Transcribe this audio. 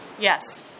Yes